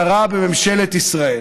שרה בממשלת ישראל.